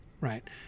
Right